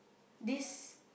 this